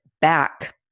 back